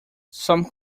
some